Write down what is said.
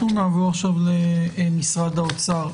אנחנו נעבור עכשיו למשרד האוצר.